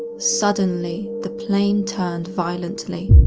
suddenly, the plane turned violently.